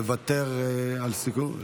מוותר על סיכום,